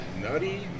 Nutty